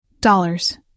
Dollars